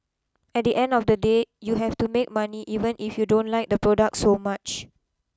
at the end of the day you have to make money even if you don't like the product so much